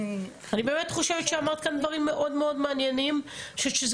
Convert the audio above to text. אני באמת חושבת שאמרת כאן דברים מאוד מאוד מעניינים ואני חושבת שזה